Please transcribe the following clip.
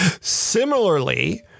Similarly